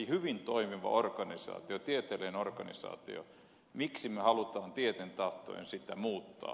hyvin toimiva organisaatio tieteellinen organisaatio miksi me haluamme tieten tahtoen sitä muuttaa